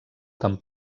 tan